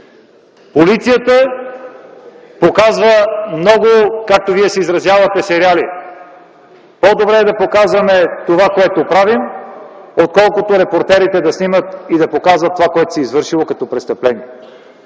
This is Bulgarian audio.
Полицията показва много, както Вие се изразявате, „сериали”. По-добре е да показваме това, което правим, отколкото репортерите да снимат и да показват това, което се е извършило като престъпление.